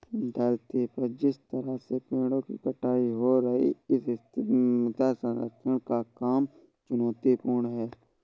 धरती पर जिस तरह से पेड़ों की कटाई हो रही है इस स्थिति में मृदा संरक्षण का काम चुनौतीपूर्ण है